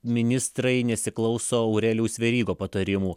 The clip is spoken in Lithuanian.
ministrai nesiklauso aurelijaus verygo patarimų